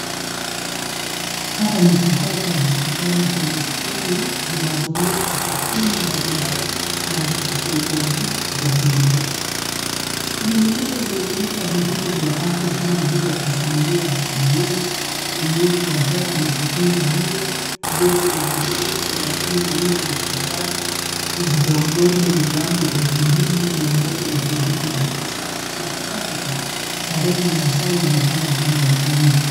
Hapa ni kifaa cha hospitali chenye skrini zinazoonyesha takwimu mbalimbali na vitufe vya blue vya kudhibiti. Skrini hizo zinaonyesha vipimo vya afya kama vile asilimia oksigeni unyevu wa hewa ni 64, joto ni degree 34.3, uzito wa mgonjwa ni gramu 2189 na kadhalika. Tarehe na saa inaonekana upande wa kulia.